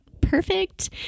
Perfect